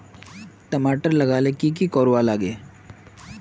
टमाटर लगा ले की की कोर वा लागे?